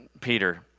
Peter